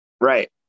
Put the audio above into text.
Right